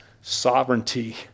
sovereignty